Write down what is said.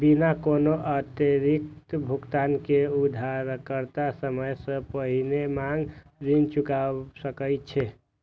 बिना कोनो अतिरिक्त भुगतान के उधारकर्ता समय सं पहिने मांग ऋण चुका सकै छै